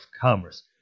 Commerce